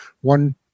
one